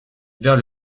vers